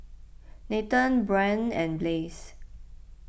Nathen Brynn and Blaze